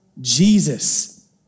Jesus